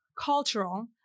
cultural